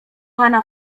pana